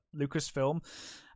Lucasfilm